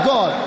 God